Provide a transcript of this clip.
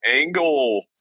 angle